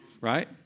right